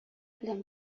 белән